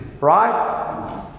Right